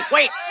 Wait